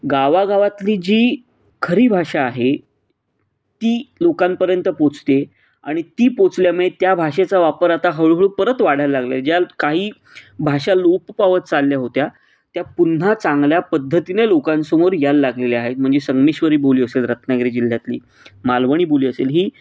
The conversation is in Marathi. गावागावातली जी खरी भाषा आहे ती लोकांपर्यंत पोचते आणि ती पोचल्यामुळे त्या भाषेचा वापर आता हळूहळू परत वाढायला लागला आहे ज्या काही भाषा लोप पावत चालल्या होत्या त्या पुन्हा चांगल्या पद्धतीने लोकांसमोर यायला लागलेल्या आहेत म्हणजे संगमेश्वरी बोली असेल रत्नागरी जिल्ह्यातली मालवणी बोली असेल ही